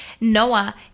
Noah